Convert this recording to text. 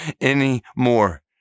anymore